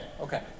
Okay